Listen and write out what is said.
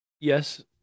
Yes